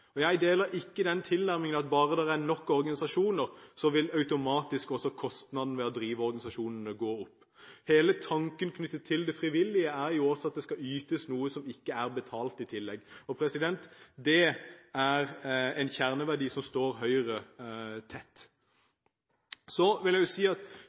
dårligere. Jeg deler ikke den tilnærmingen at bare det er nok organisasjoner, vil også kostnadene ved å drive organisasjonene automatisk gå opp. Hele tanken knyttet til det frivillige er også at det skal ytes noe som ikke er betalt i tillegg. Det er en kjerneverdi som står Høyre nær. Så vil jeg si at